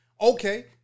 Okay